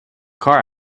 car